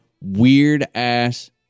weird-ass